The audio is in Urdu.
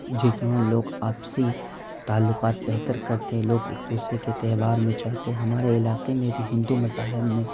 جس طرح لوک آپسی تعلقات بہتر کرتے ہیں لوک ایک دوسرے کے تہوار میں جاتے ہیں ہمارے علاقے میں بھی ہندو مذاہب میں